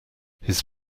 his